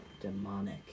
Demonic